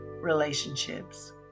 relationships